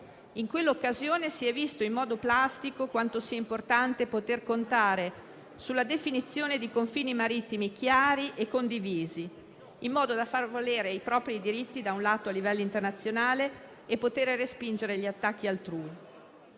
In quell'occasione si è visto in modo plastico quanto sia importante poter contare sulla definizione di confini marittimi chiari e condivisi, in modo da far valere i propri diritti a livello internazionale e, allo stesso tempo, poter respingere gli attacchi altrui.